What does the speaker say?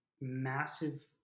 massive